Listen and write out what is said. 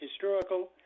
historical